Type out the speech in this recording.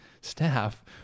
staff